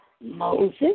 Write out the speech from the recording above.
Moses